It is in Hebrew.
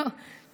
זה